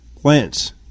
plants